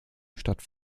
statt